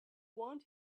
want